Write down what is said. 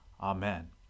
Amen